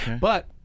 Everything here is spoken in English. But-